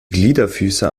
gliederfüßer